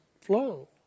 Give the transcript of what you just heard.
flow